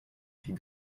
dit